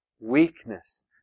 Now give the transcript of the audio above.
weakness